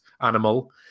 animal